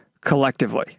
collectively